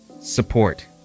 support